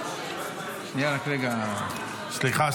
רק רגע, עוד דקה.